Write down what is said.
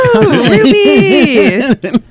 Ruby